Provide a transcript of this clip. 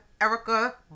Erica